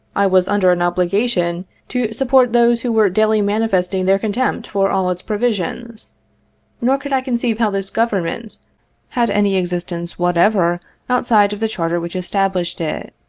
i was under an obliga tion to support those who were daily manifesting their contempt for all its provisions nor could i conceive how this government had any ex istence whatever outside of the charter which established it.